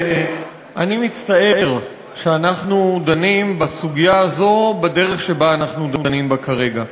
אני מצטער שאנחנו דנים בסוגיה הזאת בדרך שבה אנחנו דנים בה כרגע.